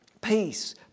peace